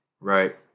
right